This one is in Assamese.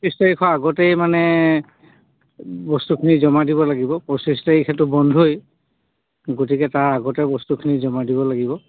ত্ৰিশ তাৰিখৰ আগতেই মানে বস্তুখিনি জমা দিব লাগিব পঁচিছ তাৰিখেতো বন্ধই গতিকে তাৰ আগতে বস্তুখিনি জমাই দিব লাগিব